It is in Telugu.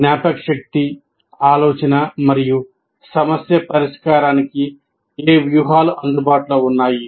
జ్ఞాపకశక్తి ఆలోచన మరియు సమస్య పరిష్కారానికి ఏ వ్యూహాలు అందుబాటులో ఉన్నాయి